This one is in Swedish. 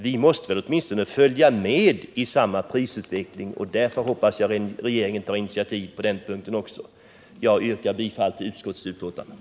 Vi måste på detta område åtminstone följa med i prisutvecklingen, och därför hoppas jag att regeringen tar initiativ på den punkten också. Jag yrkar bifall till utskottets hemställan.